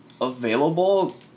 available